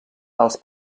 els